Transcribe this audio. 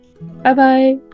Bye-bye